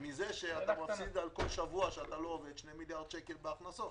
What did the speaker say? מזה שאתה מפסיד על כל שבוע שאתה לא עובד 2 מיליארד שקל בהכנסות.